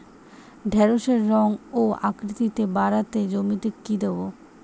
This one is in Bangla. ঢেঁড়সের রং ও আকৃতিতে বাড়াতে জমিতে কি দেবো?